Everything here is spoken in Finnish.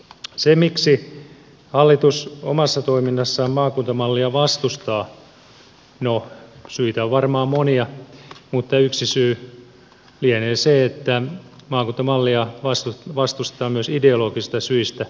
se miksi hallitus omassa toiminnassaan maakuntamallia vastustaa no syitä on varmaan monia mutta yksi syy lienee se että maakuntamallia vastustetaan myös ideologisista syistä